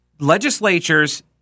Legislatures